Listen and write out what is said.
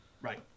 Right